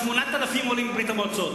8,000 עולים מברית-המועצות,